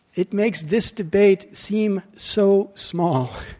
it makes this debate seem so small.